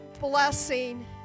Blessing